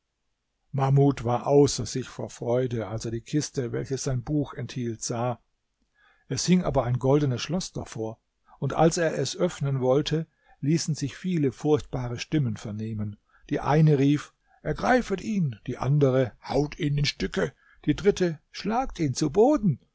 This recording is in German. mahmud war außer sich vor freude als er die kiste welche sein buch enthielt sah es hing aber ein goldenes schloß davor und als er es öffnen wollte ließen sich viele furchtbare stimmen vernehmen die eine rief ergreifet ihn die andere haut ihn in stücke die dritte schlagt ihn zu boden